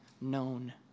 known